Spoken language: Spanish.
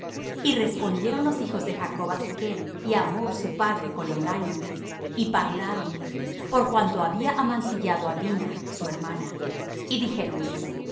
y respondieron los hijos de jacob á sichm y á hamor su padre con engaño y parlaron por cuanto había amancillado á dina su hermana y